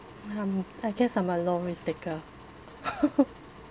um I guess I'm a low risk taker